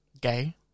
Gay